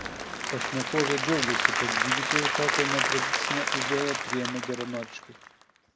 pašnekovė džiaugiasi kad gydytojai tokią netradicinę idėją priėmė geranoriškai